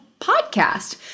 podcast